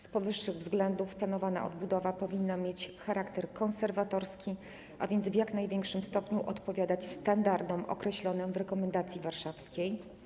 Z powyższych względów planowana odbudowa powinna mieć charakter konserwatorski, a więc w jak największym stopniu odpowiadać standardom określonym w „Rekomendacji warszawskiej”